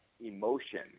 emotion